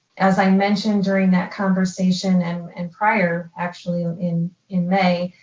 as i mentioned during that conversation and and prior actually, in in may,